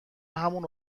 همون